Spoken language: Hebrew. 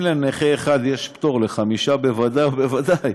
אם לנכה אחד יש פטור, לחמישה בוודאי ובוודאי.